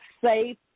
safe